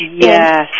Yes